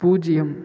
பூஜ்ஜியம்